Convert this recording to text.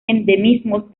endemismos